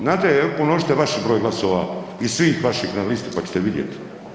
Znate, pomnožite vaš broj glasova i svih vaših na listi, pa ćete vidjeti.